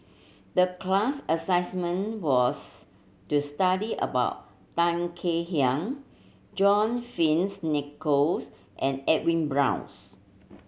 the class assignment was to study about Tan Kek Hiang John Fearns Nicoll's and Edwin Brown's